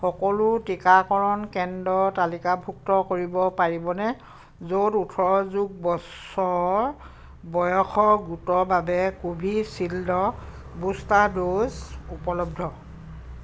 সকলো টিকাকৰণ কেন্দ্ৰ তালিকাভুক্ত কৰিব পাৰিবনে য'ত ওঠৰ যোগ বছৰ বয়সৰ গোটৰ বাবে কোভিচিল্ডৰ বুষ্টাৰ ড'জ উপলব্ধ